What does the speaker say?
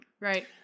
Right